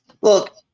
Look